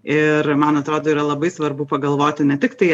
ir man atrodo yra labai svarbu pagalvoti ne tiktai